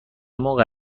موقع